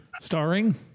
Starring